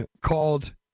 called